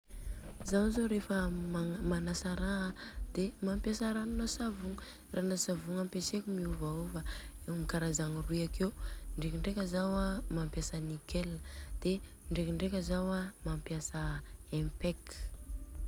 Zaho zô rehefa manasa raha de mampiasa ranona savogna. Ranona savogna ampeseko miovaova, karazagny roy akeo, indrendreka zao an mampiasa nickel de ndrendreka zao an mampiasa impec.